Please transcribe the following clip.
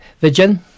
virgin